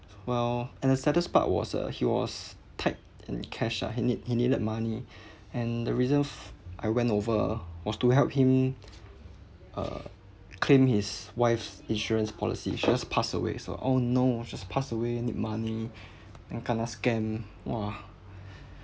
well and the saddest part was uh he was tight in cash ah he need he needed money and the reason f~ I went over was to help him uh claim his wife's insurance policy she just passed away so oh no she's passed away need money then kena scammed !wah!